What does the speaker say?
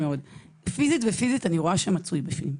פיסית ומוטורית אני רואה שמצוי בפנים,